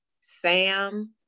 Sam